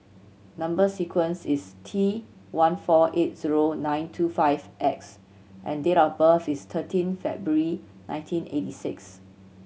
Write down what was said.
number sequence is T one four eight zero nine two five X and date of birth is thirteen February nineteen eighty six